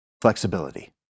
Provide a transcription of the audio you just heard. flexibility